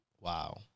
Wow